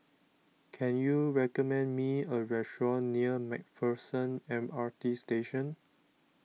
can you recommend me a restaurant near MacPherson M R T Station